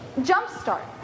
jumpstart